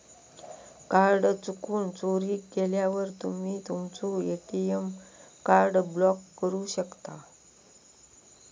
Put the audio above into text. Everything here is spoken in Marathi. कार्ड चुकून, चोरीक गेल्यावर तुम्ही तुमचो ए.टी.एम कार्ड ब्लॉक करू शकता